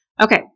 Okay